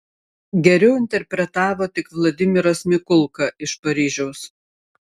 geriau interpretavo tik vladimiras mikulka iš paryžiaus